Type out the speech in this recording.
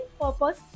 purpose